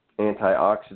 antioxidant